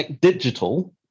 digital